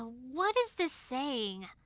ah what is this saying?